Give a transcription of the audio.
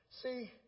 See